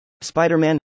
Spider-Man